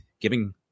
giving